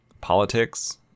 politics